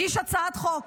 הגיש הצעת חוק